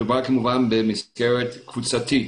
מדובר כמובן במסגרת קבוצתית,